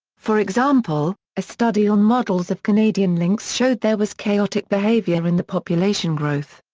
for example, a study on models of canadian lynx showed there was chaotic behavior in the population growth.